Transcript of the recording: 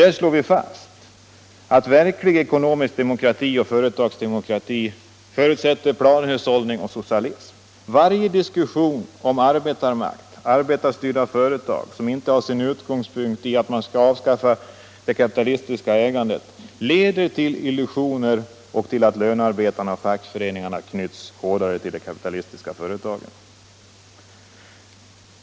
Där slår vi också fast följande: Verklig ekonomisk demokrati och företagsdemokrati förutsätter planhushållning och socialism: Varje diskussion om arbetarmakt och arbetarstyrda företag som inte har sin utgångspunkt i att man skall avskaffa det kapitalistiska ägandet leder till illusioner och till att lönarbetarna och fackföreningarna knyts hårdare till de kapitalistiska företagen.